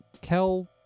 Kel